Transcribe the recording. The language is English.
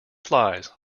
flies